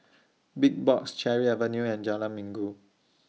Big Box Cherry Avenue and Jalan Minggu